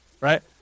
Right